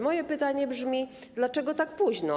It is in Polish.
Moje pytanie brzmi: Dlaczego tak późno?